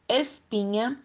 espinha